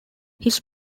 his